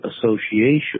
association